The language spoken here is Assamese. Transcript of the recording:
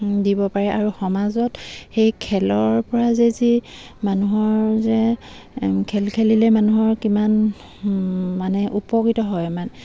দিব পাৰে আৰু সমাজত সেই খেলৰপৰা যে যি মানুহৰ যে খেল খেলিলে মানুহৰ কিমান মানে উপকৃত হয় মানে